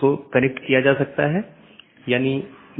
यह open update अधिसूचना और जीवित इत्यादि हैं